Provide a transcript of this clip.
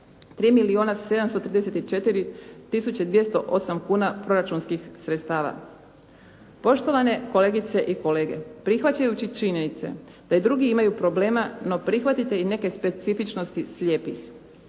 208 kuna proračunskih sredstava. Poštovane kolegice i kolege prihvaćajući činjenice da i drugi imaju problema no prihvatite i neke specifičnosti slijepih.